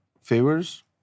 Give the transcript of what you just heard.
favors